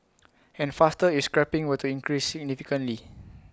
and faster if scrapping were to increase significantly